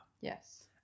Yes